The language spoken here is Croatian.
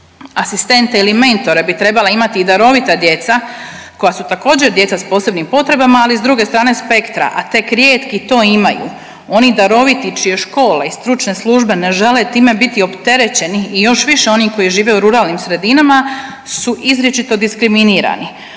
Asistente ili mentore bi trebala imati i darovita djeca koja su također djeca s posebnim potrebama, ali s druge strane spektra, a tek rijetki to imaju. Oni daroviti čije škole i stručne službe ne žele time biti opterećeni i još više oni koji žive u ruralnim sredinama su izričito diskriminirani.